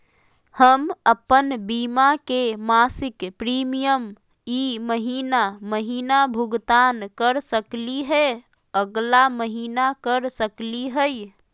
हम अप्पन बीमा के मासिक प्रीमियम ई महीना महिना भुगतान कर सकली हे, अगला महीना कर सकली हई?